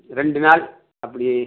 ரெண்டு நாள் அப்படி